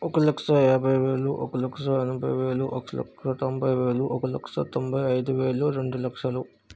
ఒక లక్షా యాభై వేలు ఒక లక్షా ఎనభై వేలు ఒక లక్షా తొంభై వేలు ఒక లక్షా తొంభై ఐదు వేలు రెండు లక్షలు